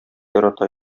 ярата